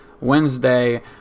Wednesday